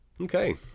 Okay